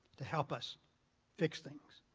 to help us fix things,